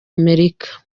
amerika